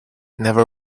never